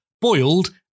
boiled